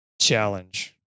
challenge